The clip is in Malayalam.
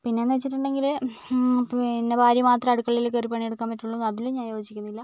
പിന്നെന്ന് വെച്ചിട്ടുണ്ടെങ്കിൽ പിന്നെ ഭാര്യ മാത്രം അടുക്കളയിൽ കയറി പണിയെടുക്കാൻ പറ്റുള്ളൂ അതിലും ഞാൻ യോജിക്കുന്നില്ല